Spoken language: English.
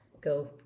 go